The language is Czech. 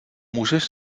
můžeš